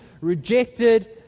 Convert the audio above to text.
rejected